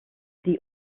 die